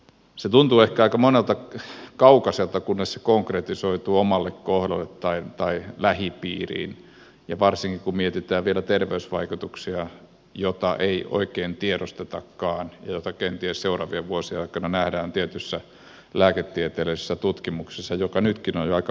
se tuntuu ehkä aika monesta kaukaiselta kunnes se konkretisoituu omalle kohdalle tai lähipiiriin ja varsinkin kun mietitään vielä terveysvaikutuksia joita ei oikein tiedostetakaan ja joita kenties seuraavien vuosien aikana nähdään tietyssä lääketieteellisessä tutkimuksessa josta nytkin on aika paljon viitteitä